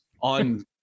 on